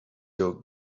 your